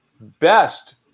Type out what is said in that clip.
best